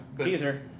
Teaser